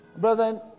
brother